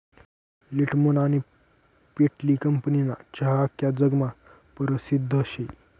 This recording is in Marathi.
लिप्टन आनी पेटली कंपनीना चहा आख्खा जगमा परसिद्ध शे